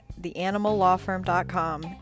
theanimallawfirm.com